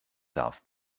darf